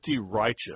righteous